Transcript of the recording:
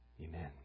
Amen